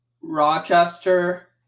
Rochester